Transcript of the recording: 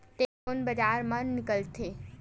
तेल कोन बीज मा निकलथे?